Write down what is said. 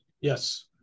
yes